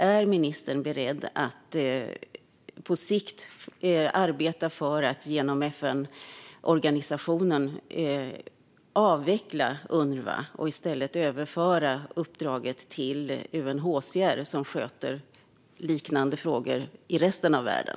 Är ministern beredd att på sikt arbeta för att genom FN-organisationen avveckla UNRWA och i stället överföra uppdraget till UNHCR, som sköter liknande frågor i resten av världen?